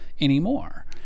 anymore